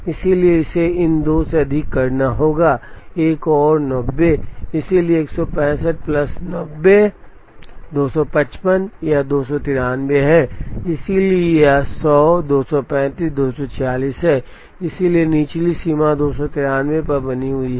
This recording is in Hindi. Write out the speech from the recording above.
इसलिए इसे इन दो से अधिक करना होगा एक और 90 इसलिए 165 प्लस 90 255 यह 293 है इसलिए यह 100 235 246 है इसलिए निचली सीमा 293 पर बनी हुई है